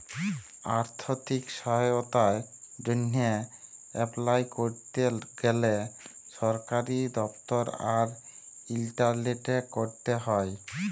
আথ্থিক সহায়তার জ্যনহে এপলাই ক্যরতে গ্যালে সরকারি দপ্তর আর ইলটারলেটে ক্যরতে হ্যয়